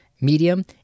medium